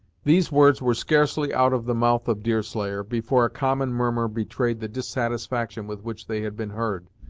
these words were scarcely out of the mouth of deerslayer, before a common murmur betrayed the dissatisfaction with which they had been heard.